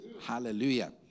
Hallelujah